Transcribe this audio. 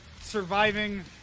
surviving